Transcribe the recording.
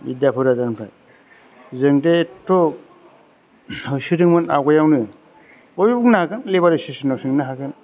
बिद्यापुर राजानिफ्राय जों दे एथ' होसोदोंमोन आवगायावनो बयबो बुंनो हागोन लेबार एस'सियेस'ननाव सोंनो हागोन